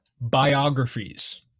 biographies